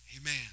Amen